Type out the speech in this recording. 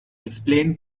explain